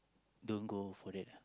don't go for that ah